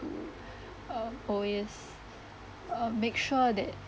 mm um oh yes um make sure that